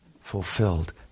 fulfilled